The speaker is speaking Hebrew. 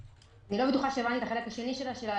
אני לא בטוחה שהבנתי את החלק השני של השאלה.